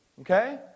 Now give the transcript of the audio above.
okay